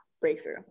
Breakthrough